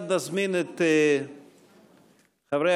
חברי